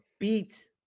Beat